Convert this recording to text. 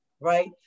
right